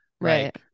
right